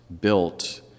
built